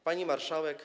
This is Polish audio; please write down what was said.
Pani Marszałek!